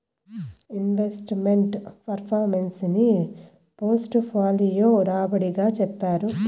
invest meant performance ని portfolio రాబడి గా చెప్తారు